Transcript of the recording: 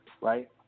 right